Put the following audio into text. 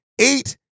eight